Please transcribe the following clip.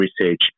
research